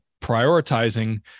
prioritizing